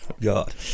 God